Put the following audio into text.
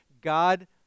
God